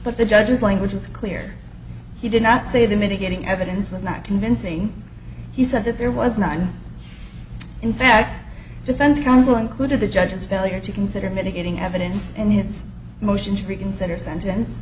but the judge's language was clear he did not say the mitigating evidence was not convincing he said that there was not in fact defense counsel included the judge's failure to consider mitigating evidence and his motion to reconsider sentence